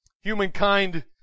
Humankind